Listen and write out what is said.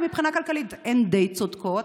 ומבחינה כלכלית הן די צודקות,